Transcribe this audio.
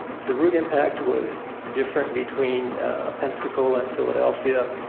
the root impact was different between pensacola and philadelphia.